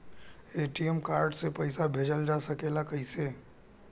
ATM card से पइसा भेजल जा सकेला कइसे?